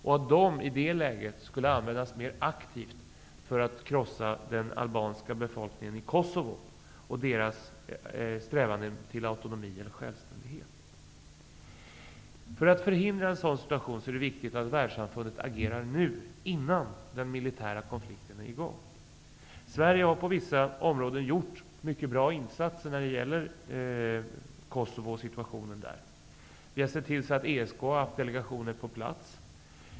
De skulle i det läget kunna komma att användas mer aktivt för att krossa den albanska befolkningen i Kosovo och deras strävanden mot autonomi eller självständighet. För att förhindra en sådan situation är det viktigt att världssamfundet agerar nu -- innan den militära konflikten är i gång. Sverige har på vissa områden gjort mycket bra insatser när det gäller Kosovo och situationen där. Vi har sett till så att ESK har haft delegationer på plats.